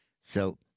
So-